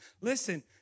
listen